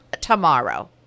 tomorrow